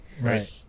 Right